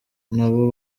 nabo